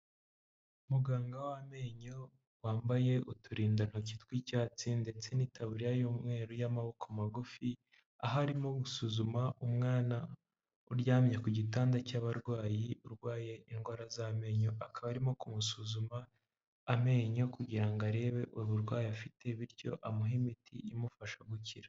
Muganga w'amenyo wambaye uturindantoki tw'icyatsi, ndetse n'itaburiya y'umweru y'amaboko magufi, aho arimo gusuzuma umwana uryamye ku gitanda cy'abarwayi, urwaye indwara z'amenyo, akaba arimo kumusuzuma amenyo kugira ngo arebe uburwayi afite, bityo amuhe imiti imufasha gukira.